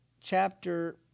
chapter